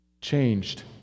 Changed